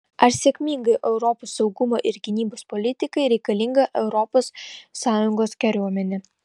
ar sėkmingai europos saugumo ir gynybos politikai reikalinga europos sąjungos kariuomenė